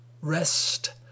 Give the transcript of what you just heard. rest